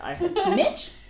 Mitch